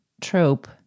trope